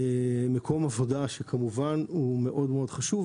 מקום עבודה שכמובן הוא מאוד-מאוד חשוב,